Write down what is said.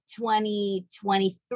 2023